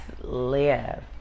Live